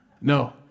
No